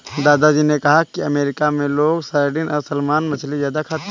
दादा जी ने कहा कि अमेरिकन लोग सार्डिन और सालमन मछली ज्यादा खाते हैं